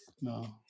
No